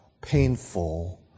painful